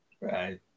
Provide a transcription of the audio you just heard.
right